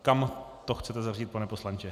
Kam to chcete zařadit, pane poslanče?